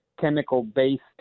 chemical-based